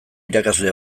irakasle